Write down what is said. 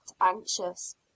anxious